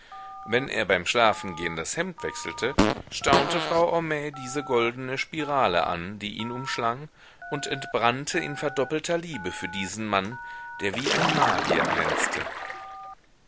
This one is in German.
wenn er beim schlafengehen das hemd wechselte staunte frau homais diese goldene spirale an die ihn umschlang und entbrannte in verdoppelter liebe für diesen mann der wie ein magier glänzte